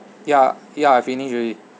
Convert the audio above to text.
yeah yeah I finish already